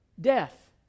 Death